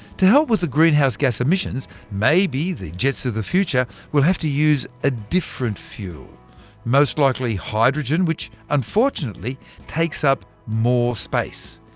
to help with the greenhouse gas emissions maybe the jets of the future will have to use ah different fuel most likely hydrogen, which unfortunately takes up more space.